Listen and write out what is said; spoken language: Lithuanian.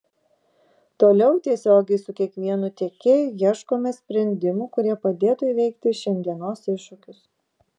toliau tiesiogiai su kiekvienu tiekėju ieškome sprendimų kurie padėtų įveikti šiandienos iššūkius